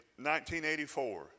1984